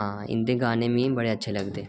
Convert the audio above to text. हां इं'दे गाने मिगी बढे शैल लगदे